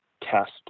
test